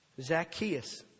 Zacchaeus